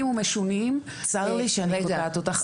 ומשונים --- צר לי שאני קוטעת אותך,